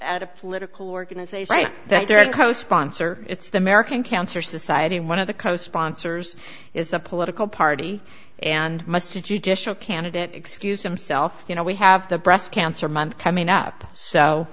ad a political organization that they're a co sponsor it's the american cancer society and one of the co sponsors is a political party and must a judicial candidate excuse himself you know we have the breast cancer month coming up so